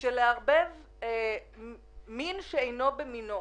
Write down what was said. לערבב מין בשאינו מינו.